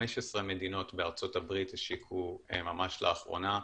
15 מדינות בארצות הברית השיקו ממש לאחרונה,